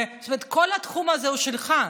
כל התחום הזה הוא שלך,